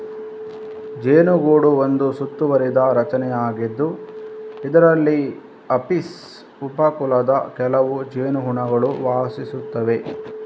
ಜೇನುಗೂಡು ಒಂದು ಸುತ್ತುವರಿದ ರಚನೆಯಾಗಿದ್ದು, ಇದರಲ್ಲಿ ಅಪಿಸ್ ಉಪ ಕುಲದ ಕೆಲವು ಜೇನುಹುಳುಗಳು ವಾಸಿಸುತ್ತವೆ